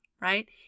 right